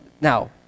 Now